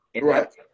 Right